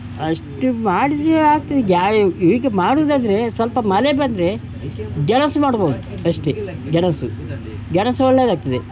ಅಷ್ಟು ಮಾಡಿದರೆ ಆಗ್ತದೆ ಗ್ಯಾರ ಈಗ ಮಾಡುವುದಾದ್ರೆ ಸ್ವಲ್ಪ ಮಳೆ ಬಂದರೆ ಗೆಣಸಿ ಮಾಡ್ಬೋದು ಅಷ್ಟೆ ಗೆಣಸು ಗೆಣಸು ಒಳ್ಳೆಯದಾಗ್ತದೆ